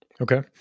Okay